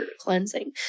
cleansing